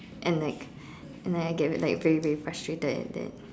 and like and I get like very very frustrated at that